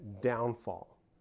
downfall